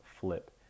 flip